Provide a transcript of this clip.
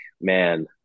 man